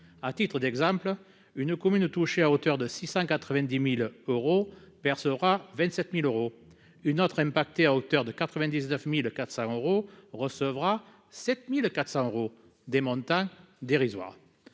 À titre d'exemple, une commune touchée à hauteur de 690 000 euros percevra 27 000 euros, une autre affectée à hauteur de 99 400 euros recevra 7 400 euros. Ce sont des montants dérisoires